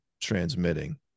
transmitting